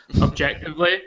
objectively